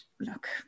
look